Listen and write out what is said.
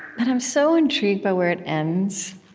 but i'm so intrigued by where it ends.